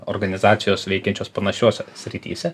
organizacijos veikiančios panašiose srityse